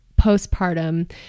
postpartum